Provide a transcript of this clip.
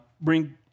bring